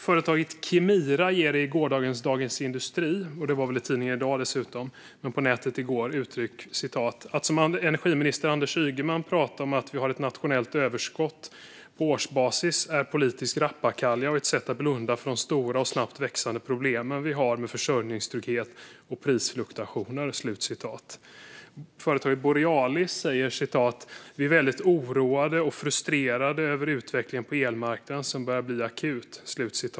Företaget Kemira gav i Dagens industri - på nätet i går och i tidningen i dag - uttryck för följande: "Att som energiminister Anders Ygeman prata om att vi har ett nationellt elöverskott på årsbasis är politisk rappakalja och ett sätt att blunda för de stora och snabbt växande problemen vi har med försörjningstrygghet och prisfluktuationer". Företaget Borealis säger: "Vi är väldigt oroade och frustrerade över utvecklingen på elmarknaden som börjar bli akut".